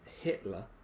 Hitler